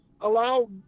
allow